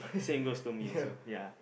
same goes to me also ya